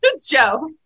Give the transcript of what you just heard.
Joe